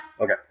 Okay